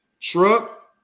Truck